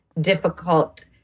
difficult